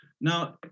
Now